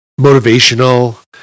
motivational